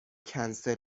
کنسل